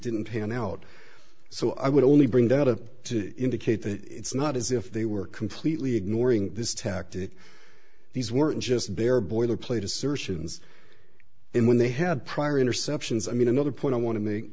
didn't pan out so i would only bring data to indicate that it's not as if they were completely ignoring this tactic these weren't just bare boilerplate assertions in when they had prior interceptions i mean another point i want to make